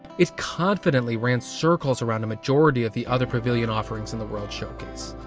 it confidently ran circles around a majority of the other pavillion offerings in the world showcase.